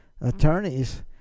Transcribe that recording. attorneys